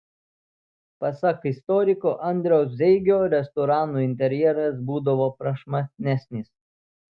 pasak istoriko andriaus zeigio restoranų interjeras būdavo prašmatnesnis